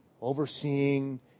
overseeing